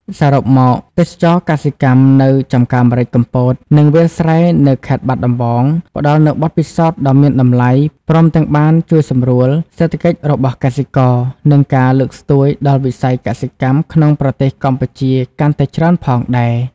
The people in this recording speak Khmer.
សរុបមក ទេសចរណ៍កសិកម្មនៅចម្ការម្រេចកំពត និងវាលស្រែនៅខេត្តបាត់ដំបង ផ្តល់នូវបទពិសោធន៍ដ៏មានតម្លៃ ព្រមទាំងបានជួយសម្រួលសេដ្ឋកិច្ចរបស់កសិករ និងការលើកស្ទួយដល់វិស័យកសិកម្មក្នុងប្រទេសកម្ពុជាកាន់តែច្រើនផងដែរ ។